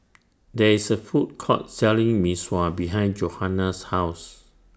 There IS A Food Court Selling Mee Sua behind Johana's House